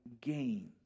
gains